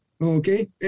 okay